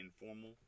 informal